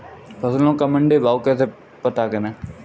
फसलों का मंडी भाव कैसे पता करें?